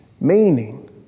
Meaning